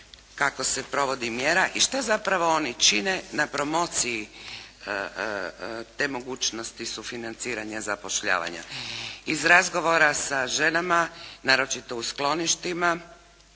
kako se provodi mjera i šta zapravo oni čine na promociji te mogućnosti sufinanciranja i zapošljavanja. Iz razgovora sa ženama, naročito u skloništima,